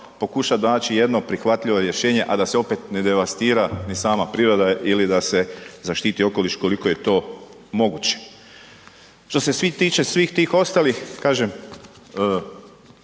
pokuša naći jedno prihvatljivo rješenje a da se opet ne devastira ni sama priroda ili da se zaštiti okoliš koliko je to moguće. Što se tiče svih tih ostalih, kažem